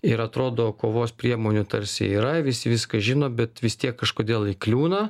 ir atrodo kovos priemonių tarsi yra visi viską žino bet vis tiek kažkodėl įkliūna